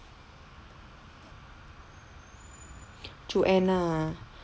joanna